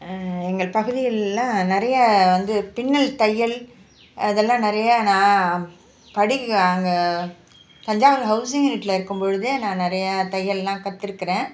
எங்கள் பகுதிகள்ல நிறைய வந்து பின்னல் தையல் அதெல்லாம் நிறைய நான் படி அங்கே தஞ்சாவூர் ஹவுசிங் வீட்டில இருக்கும்பொழுதே நா நெறையா தையல்லாம் கத்துருக்கிறேன்